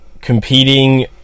competing